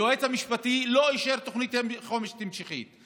היועץ המשפטי לא אישר תוכנית חומש המשכית,